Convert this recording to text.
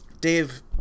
Dave